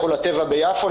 לכו לטבע ביפו,